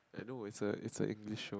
I know it's a it's a English show